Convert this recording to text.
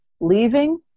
leaving